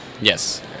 Yes